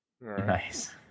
nice